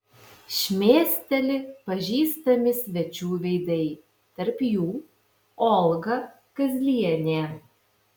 šmėsteli pažįstami svečių veidai tarp jų olga kazlienė